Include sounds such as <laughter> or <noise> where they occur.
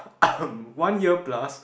<coughs> one year plus